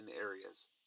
areas